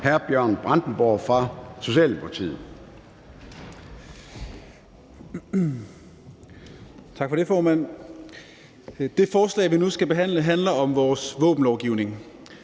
Bjørn Brandenborg, Socialdemokratiet,